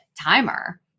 timer